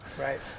right